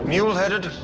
Mule-headed